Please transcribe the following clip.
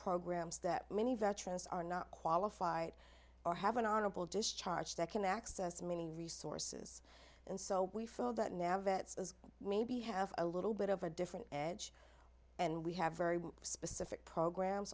programs that many veterans are not qualified or have an honorable discharge that can access many resources and so we feel that nevitt says maybe have a little bit of a different edge and we have very specific programs